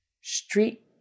street